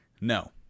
no